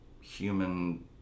human